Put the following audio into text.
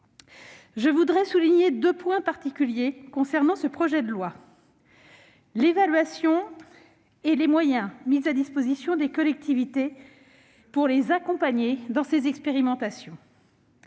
Je veux souligner deux points particuliers concernant ce projet de loi organique : l'évaluation et les moyens mis à la disposition des collectivités pour les accompagner dans ces expérimentations.